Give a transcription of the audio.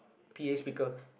p_a speaker